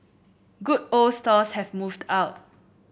good old stalls have moved out